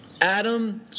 Adam